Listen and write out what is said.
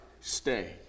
stay